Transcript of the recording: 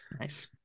nice